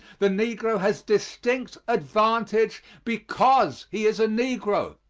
the negro has distinct advantage because he is a negro,